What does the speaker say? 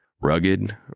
rugged